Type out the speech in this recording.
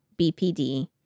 BPD